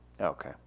Okay